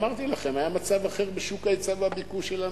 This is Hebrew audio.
אמרתי לכם: היה מצב אחר בשוק ההיצע והביקוש של הנדל"ן.